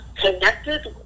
connected